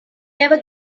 never